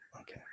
Okay